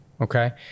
okay